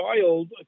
child